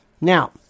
Now